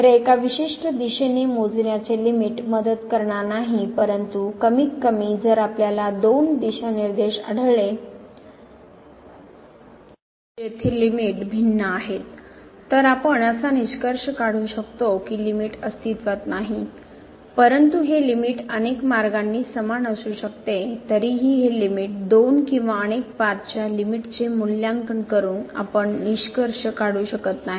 तर एका विशिष्ट दिशेने मोजण्याचे लिमिट मदत करणार नाही परंतु कमीतकमी जर आपल्याला दोन दिशानिर्देश आढळले जेथे लिमिट भिन्न आहेत तर आपण असा निष्कर्ष काढू शकतो की लिमिट अस्तित्त्वात नाही परंतु हे लिमिट अनेक मार्गांनी समान असू शकते तरीही हे लिमिट दोन किंवा अनेक पाथच्या लिमिट चे मूल्यांकन करून आपण निष्कर्ष काढू शकत नाही